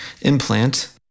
implant